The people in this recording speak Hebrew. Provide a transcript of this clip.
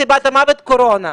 סיבת המוות קורונה".